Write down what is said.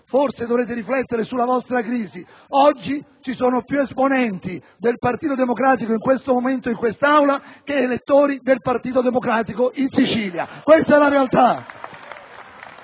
Forse dovreste riflettere sulla vostra crisi. In questo momento ci sono più esponenti del Partito Democratico in quest'Aula che elettori del Partito Democratico in Sicilia. Questa è la realtà.